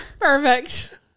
Perfect